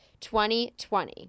2020